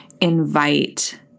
invite